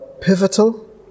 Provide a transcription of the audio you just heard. pivotal